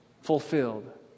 Fulfilled